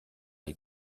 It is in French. les